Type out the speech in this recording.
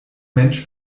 mensch